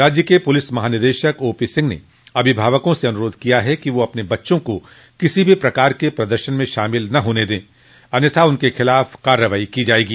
राज्य के पूलिस महानिदेशक ओपी सिंह ने अभिभावकों से अनुरोध किया है कि वे अपने बच्चों को किसी भी प्रकार के प्रदर्शन में शामिल नहीं होने दें अन्यथा उनके खिलाफ कार्रवाई की जाएगी